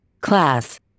class